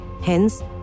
Hence